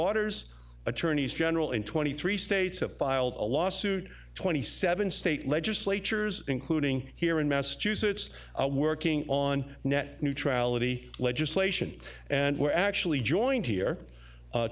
orders attorneys general in twenty three states have filed a lawsuit twenty seven state legislatures including here in massachusetts working on net neutrality legislation and we're actually joined here